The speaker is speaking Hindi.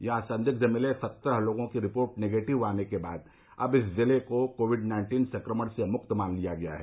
यहां संदिग्ध मिले सत्रह लोगों की रिपोर्ट निगेटिव आने के बाद अब इस जिले को कोविड नाइन्टीन संक्रमण से मुक्त मान लिया गया है